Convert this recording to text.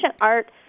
art